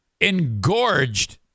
engorged